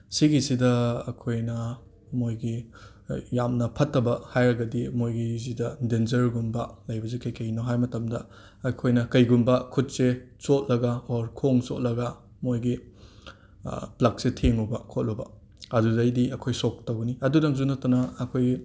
ꯑꯁꯤꯒꯤꯁꯤꯗ ꯑꯩꯈꯣꯏꯅ ꯃꯣꯏꯒꯤ ꯌꯥꯝꯅ ꯐꯠꯇꯕ ꯍꯥꯏꯔꯒꯗꯤ ꯃꯣꯏꯒꯤꯁꯤꯗ ꯗꯦꯟꯖꯔꯒꯨꯝꯕ ꯂꯩꯕꯁꯤ ꯀꯩ ꯀꯩꯅꯣ ꯍꯥꯏꯕ ꯃꯇꯝꯗ ꯑꯩꯈꯣꯏꯅ ꯀꯩꯒꯨꯝꯕ ꯈꯨꯠꯁꯦ ꯆꯣꯠꯂꯒ ꯑꯣꯔ ꯈꯣꯡ ꯆꯣꯠꯂꯒ ꯃꯣꯏꯒꯤ ꯄ꯭ꯂꯛꯁꯦ ꯊꯦꯡꯉꯨꯕ ꯈꯣꯠꯂꯨꯕ ꯑꯗꯨꯗꯩꯗꯤ ꯑꯩꯈꯣꯏ ꯁꯣꯛ ꯇꯧꯒꯅꯤ ꯑꯗꯨꯇꯪꯗꯁꯨ ꯅꯠꯇꯅ ꯑꯩꯈꯣꯏꯒꯤ